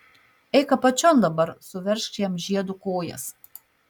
eik apačion dabar suveržk jam žiedu kojas